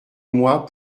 moi